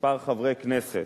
כמה חברי כנסת,